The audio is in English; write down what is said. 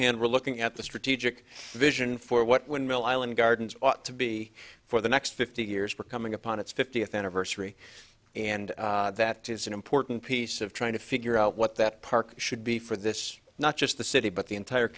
hand we're looking at the strategic vision for what windmill island gardens ought to be for the next fifty years we're coming up on its fiftieth anniversary and that is an important piece of trying to figure out what that park should be for this not just the city but the entire